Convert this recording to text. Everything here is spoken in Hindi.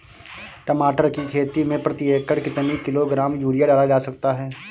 टमाटर की खेती में प्रति एकड़ कितनी किलो ग्राम यूरिया डाला जा सकता है?